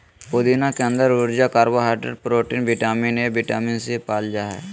पुदीना के अंदर ऊर्जा, carbohydrate, protein, vitamin A, vitamin C, पाल जा हइ